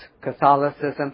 Catholicism